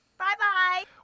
Bye-bye